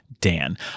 Dan